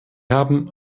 haben